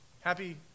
Happy